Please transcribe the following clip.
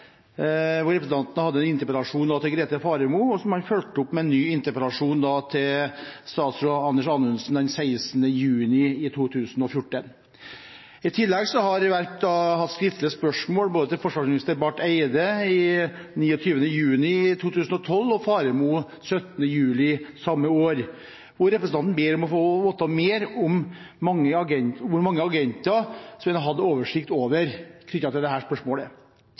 hvor representanten hadde en interpellasjon til daværende statsråd Grete Faremo, og som han fulgte opp med en ny interpellasjon til statsråd Anders Anundsen den 16. juni 2014. I tillegg har Werp hatt skriftlige spørsmål til både tidligere forsvarsminister Barth Eide, besvart den 29. juni 2012, og tidligere statsråd Faremo, besvart den 17. juli samme år, hvor representanten ber om å få vite mer om hvor mange agenter man hadde oversikt over knyttet til dette spørsmålet.